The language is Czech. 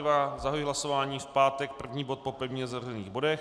Zahajuji hlasování v pátek první bod po pevně zařazených bodech.